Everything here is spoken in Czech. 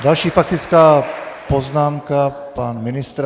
Další faktická poznámka, pan ministr.